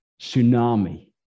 tsunami